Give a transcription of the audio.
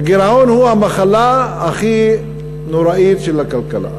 הגירעון הוא המחלה הכי נוראית של הכלכלה.